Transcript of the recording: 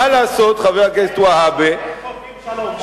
מה לעשות, חבר הכנסת והבה, אין כופים שלום.